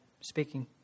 speaking